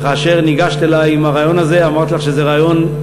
וכאשר ניגשת אלי עם הרעיון הזה אמרתי לך שזה רעיון,